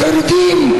החרדים,